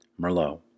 Merlot